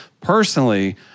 personally